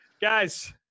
Guys